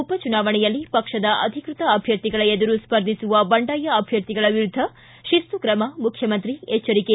ಉಪಚುನಾವಣೆಯಲ್ಲಿ ಪಕ್ಷದ ಅಧಿಕೃತ ಅಭ್ಯರ್ಥಿಗಳ ಎದುರು ಸ್ಪರ್ಧಿಸುವ ಬಂಡಾಯ ಅಭ್ಯರ್ಥಿಗಳ ವಿರುದ್ಧ ಶಿಸ್ತು ಕ್ರಮ ಮುಖ್ಯಮಂತ್ರಿ ಎಚ್ಚರಿಕೆ